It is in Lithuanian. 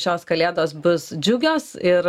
šios kalėdos bus džiugios ir